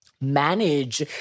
manage